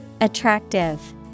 Attractive